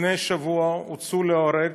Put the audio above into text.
לפני שבוע הוצאו להורג